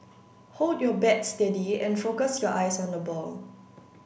hold your bat steady and focus your eyes on the ball